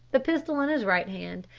the pistol in his right hand,